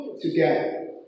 together